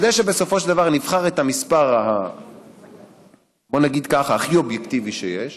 כדי שבסופו של דבר נבחר את המספר הכי אובייקטיבי שיש,